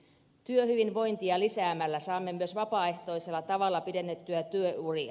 työhyvinvointia lisäämällä saamme myös vapaehtoisella tavalla pidennettyä työuria